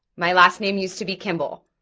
my last name used to be kimball.